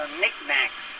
knickknacks